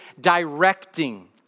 directing